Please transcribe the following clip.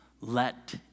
Let